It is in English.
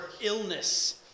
illness